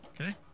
Okay